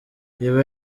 ibi